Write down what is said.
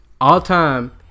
all-time